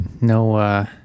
no